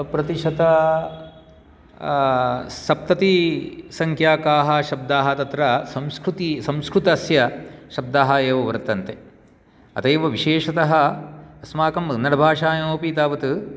प्रतिशत सप्ततिसंख्याकाः शब्दाः तत्र संस्कृति संस्कृतस्य शब्दाः एव वर्तन्ते अतैव विशेषतः अस्माकं कन्नडभाषायाम् अपि तावत्